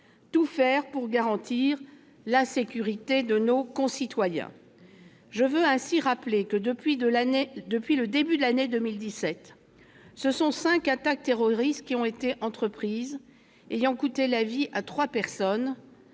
tout faire pour garantir la sécurité de nos concitoyens. Je veux ainsi rappeler que, depuis le début de l'année 2017, ce sont cinq attaques terroristes qui ont été entreprises, ayant coûté la vie à trois personnes,